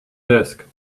desk